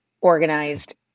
organized